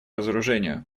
разоружению